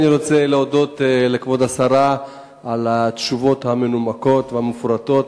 אני רוצה להודות לכבוד השרה על התשובות המנומקות והמפורטות.